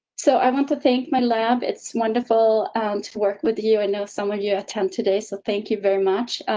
so i want to thank my lab. it's wonderful to work with you and know some of your attend today. so thank you very much.